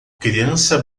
criança